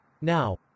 Now